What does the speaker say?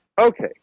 Okay